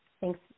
thanks